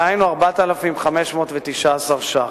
דהיינו 4,519 שקלים.